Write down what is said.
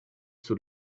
sur